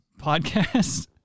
podcast